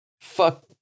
fuck